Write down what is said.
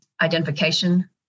identification